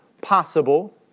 possible